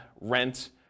rent